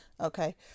Okay